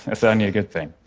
that's only a good thing.